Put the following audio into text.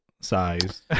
size